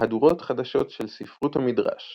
מהדורות חדשות של ספרות המדרש